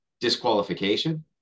disqualification